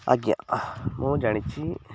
ଆଜ୍ଞା ମୁଁ ଜାଣିଛି